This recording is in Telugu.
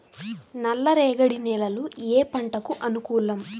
నల్ల రేగడి నేలలు ఏ పంటకు అనుకూలం?